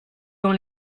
dans